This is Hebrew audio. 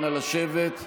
נא לשבת,